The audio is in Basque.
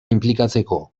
inplikatzeko